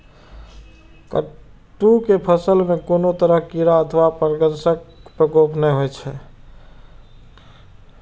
कट्टू के फसल मे कोनो तरह कीड़ा अथवा फंगसक प्रकोप नहि होइ छै